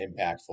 impactful